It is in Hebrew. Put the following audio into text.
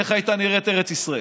איך הייתה נראית ארץ ישראל?